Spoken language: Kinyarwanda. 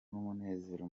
n’umunezero